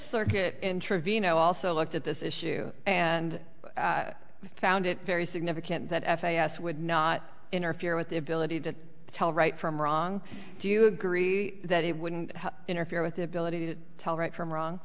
circuit in trevino also looked at this issue and found it very significant that f a s would not interfere with the ability to tell right from wrong do you agree that it wouldn't interfere with the ability to tell right from wrong